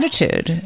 attitude